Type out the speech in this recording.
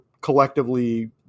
collectively